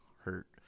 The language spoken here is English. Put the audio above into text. hurt